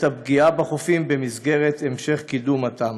הפגיעה בחופים במסגרת המשך קידום התמ"א.